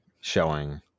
showing